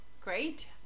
Great